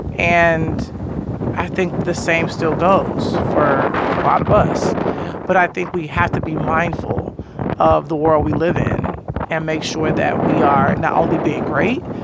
and i think the same still goes for a lot of us yeah but i think we have to be mindful of the world we live in and make sure that we are not only being great,